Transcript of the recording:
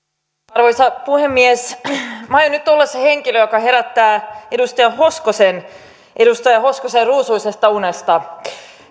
arvoisa puhemies minä aion nyt olla se henkilö joka herättää edustaja hoskosen edustaja hoskosen ruusuisesta unesta